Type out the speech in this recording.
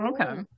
Okay